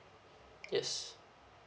yes